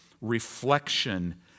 reflection